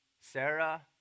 Sarah